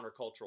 countercultural